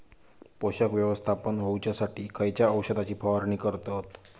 पोषक व्यवस्थापन होऊच्यासाठी खयच्या औषधाची फवारणी करतत?